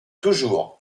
toujours